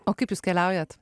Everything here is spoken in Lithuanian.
o kaip jūs keliaujat